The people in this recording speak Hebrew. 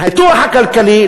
הניתוח הכלכלי,